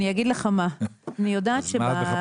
אני אגיד לך מה, אני יודעת שבהליך